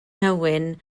nhywyn